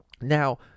Now